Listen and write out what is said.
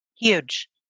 Huge